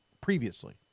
previously